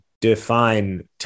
define